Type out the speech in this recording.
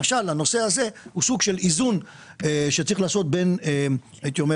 הנושא הזה הוא סוג של איזון בין צדק